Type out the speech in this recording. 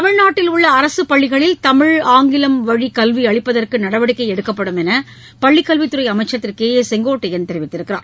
தமிழ்நாட்டில் உள்ள அரசு பள்ளிகளில் தமிழ் ஆங்கிலம் வழிக் கல்வி அளிப்பதற்கு நடவடிக்கை எடுக்கப்படும் என்று பள்ளிக்கல்வித்துறை அமைச்சர் திரு கே ஏ செங்கோட்டையன் தெரிவித்திருக்கிறார்